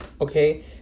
Okay